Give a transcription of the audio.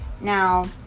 now